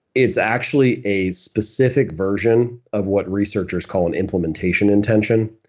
it's actually a specific version of what researchers call an implementation intention.